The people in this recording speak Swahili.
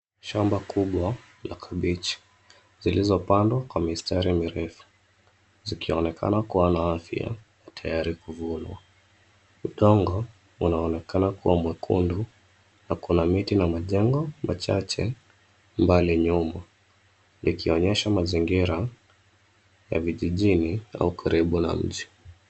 Shamba kubwa la kabeji zilizopandwa kwa mistari mirefu, zikionekana kuwa na afya, tayari kuvunwa. Udongo unaonekana kuwa mwekundu. Na kuna miti na majengo machache mbali nyuma, ikionyesha mazingira ya vijijini au karibu na mji.